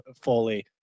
fully